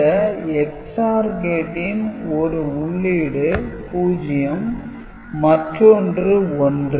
இந்த XOR கேட்டின் ஒரு உள்ளீடு 0 மற்றொன்று 1